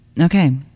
Okay